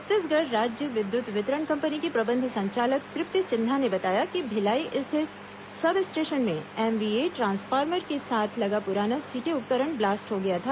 छत्तीसगढ़ राज्य विद्युत वितरण कंपनी की प्रबंध संचालक तृप्ति सिन्हा ने बताया कि भिलाई स्थित सब स्टेशन में एमवीए द्र ांसफॉर्मर के साथ लगा पुराना सीटी उपकरण ब्लास्ट हो गया था